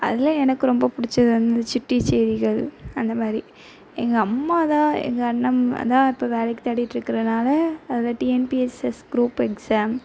அதில் எனக்கு ரொம்ப பிடிச்சது வந்து இந்த சிட்டி செய்திகள் அந்த மாதிரி எங்கள் அம்மா தான் எங்கள் அண்ணன் ம்ம தான் இப்போ வேலைக்கு தேடிகிட்ருக்கறனால அது டிஎன்பிஎஸ்எஸ் க்ரூப் எக்ஸாம்